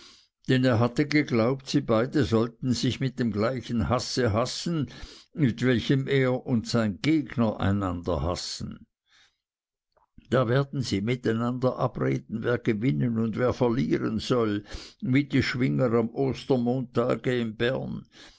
denn er hatte geglaubt sie beide sollten sich mit dem gleichen hasse hassen mit welchem er und sein gegner einander hassen da werden sie mit einander abreden wer gewinnen und wer verlieren soll wie die schwinger am ostermontage in bern